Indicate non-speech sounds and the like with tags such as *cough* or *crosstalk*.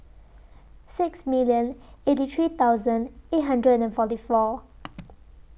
sixty million eighty three thousand eight hundred and forty four *noise*